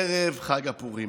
ערב חג הפורים.